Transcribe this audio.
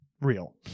real